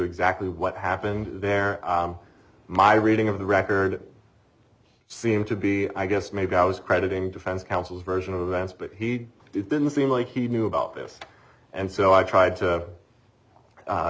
exactly what happened there my reading of the record seem to be i guess maybe i was crediting defense counsel's version of events but he didn't seem like he knew about this and so i tried to